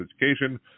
education